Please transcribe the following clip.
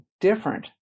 different